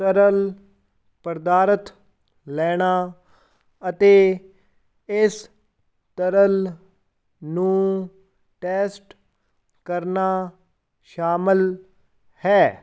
ਤਰਲ ਪਦਾਰਥ ਲੈਣਾ ਅਤੇ ਇਸ ਤਰਲ ਨੂੰ ਟੈਸਟ ਕਰਨਾ ਸ਼ਾਮਲ ਹੈ